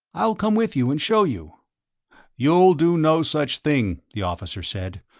i'll come with you and show you you'll do no such thing, the officer said.